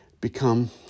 become